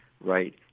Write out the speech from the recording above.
right